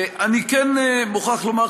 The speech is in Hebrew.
אני כן מוכרח לומר,